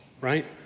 right